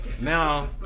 Now